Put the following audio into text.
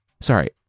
sorry